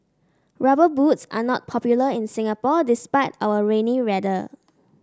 rubber boots are not popular in Singapore despite our rainy weather